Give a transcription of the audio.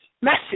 message